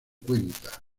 cuenta